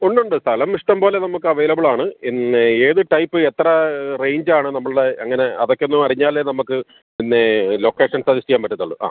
ഉണ്ടുണ്ട് സ്ഥലം ഇഷ്ടം പോലെ നമുക്ക് അവൈലബിളാണ് പിന്നെ ഏത് ടൈപ്പ് എത്ര റേഞ്ചാണ് നമ്മളുടെ അങ്ങനെ അതൊക്കൊന്നു അറിഞ്ഞാലേ നമുക്ക് പിന്നെ ലൊക്കേഷൻ സജസ്റ്റെ ചെയ്യാൻ പറ്റത്തുള്ളൂ ആ